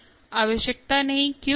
आवश्यकता नहीं क्यों